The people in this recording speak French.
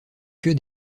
que